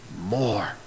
more